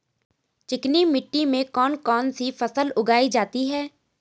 चिकनी मिट्टी में कौन कौन सी फसल उगाई जाती है?